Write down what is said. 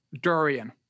durian